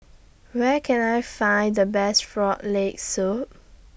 Where Can I Find The Best Frog Leg Soup